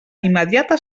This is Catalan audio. immediata